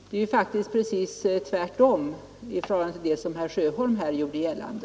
Det är alltså precis tvärtom mot vad herr Sjöholm här gjorde gällande.